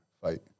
fight